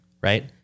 right